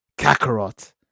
Kakarot